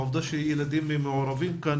העובדה שילדים מעורבים כאן,